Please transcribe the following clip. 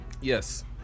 Yes